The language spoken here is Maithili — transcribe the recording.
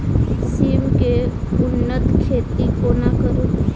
सिम केँ उन्नत खेती कोना करू?